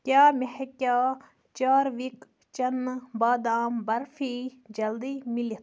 کیٛاہ مےٚ ہٮ۪کیٛاہ چاروِک چنہٕ بادام برفی جلدی مِلِتھ